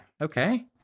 Okay